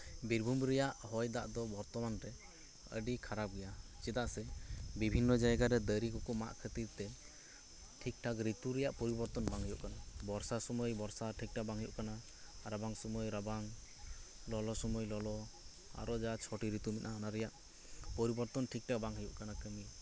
ᱵᱤᱨᱵᱷᱩᱢ ᱨᱮᱭᱟᱜ ᱦᱚᱭ ᱫᱟᱜ ᱫᱚ ᱵᱚᱨᱛᱚᱢᱟᱱ ᱨᱮ ᱟᱹᱰᱤ ᱠᱷᱟᱨᱟᱯ ᱜᱮᱭᱟ ᱪᱮᱫᱟᱜ ᱥᱮ ᱵᱤᱵᱷᱤᱱᱱᱚ ᱡᱟᱭᱜᱟ ᱨᱮ ᱫᱟᱨᱮ ᱠᱚᱠᱚ ᱢᱟᱜ ᱠᱷᱟᱹᱛᱤᱨ ᱛᱮ ᱴᱷᱤᱠ ᱴᱷᱟᱠ ᱨᱤᱛᱩ ᱨᱮᱭᱟᱜ ᱯᱚᱨᱤᱵᱚᱨᱛᱚᱱ ᱵᱟᱝ ᱦᱩᱭᱩᱜ ᱠᱟᱱᱟ ᱵᱚᱨᱥᱟ ᱥᱚᱢᱚᱭ ᱵᱚᱨᱥᱟ ᱴᱷᱤᱠ ᱴᱷᱟᱠ ᱵᱟᱝ ᱦᱩᱭᱩᱜ ᱠᱟᱱᱟ ᱨᱟᱵᱟᱝ ᱥᱚᱢᱚᱭ ᱨᱟᱵᱟᱝ ᱞᱚᱞᱚ ᱥᱚᱢᱚᱭ ᱞᱚᱞᱚ ᱟᱨᱚ ᱡᱟᱦᱟᱸ ᱪᱷᱚᱴᱤ ᱨᱤᱛᱩ ᱢᱮᱱᱟᱜᱼᱟ ᱚᱱᱟ ᱨᱮᱭᱟᱜ ᱯᱚᱨᱤᱵᱚᱨᱛᱚᱱ ᱴᱷᱤᱠ ᱴᱷᱟᱠ ᱵᱟᱝ ᱦᱩᱭᱩᱜ ᱠᱟᱱᱟ ᱠᱟᱹᱢᱤ